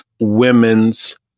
women's